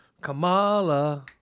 Kamala